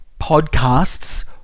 podcasts